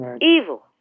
Evil